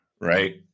right